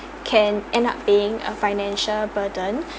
can end up being a financial burden